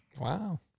Wow